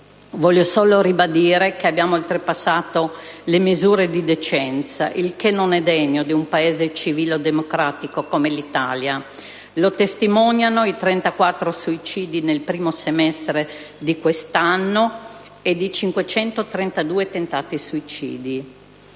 voglio solo ribadire che abbiamo oltrepassato le misure di decenza, il che non è degno di un Paese civile, democratico; lo testimoniano i 34 suicidi nel primo semestre di quest'anno, ed i 532 tentati suicidi.